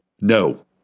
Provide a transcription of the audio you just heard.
No